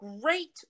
great